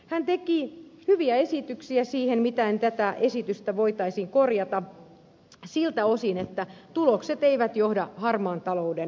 hän teki hyviä esityksiä siihen miten tätä esitystä voitaisiin korjata siltä osin että tulokset eivät johda harmaan talouden lisääntymiseen